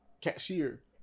cashier